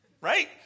Right